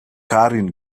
karin